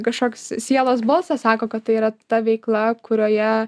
kažkoks sielos balsas sako kad tai yra ta veikla kurioje